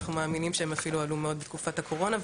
אנחנו מאמינים שהם אפילו עלו מאוד בתקופת הקורונה.